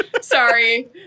Sorry